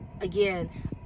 Again